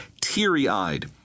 teary-eyed